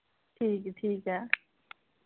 ठीक ठीक ऐ